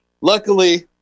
luckily